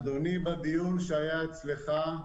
התחייבת, אדוני, בדיון שהיה אצלך,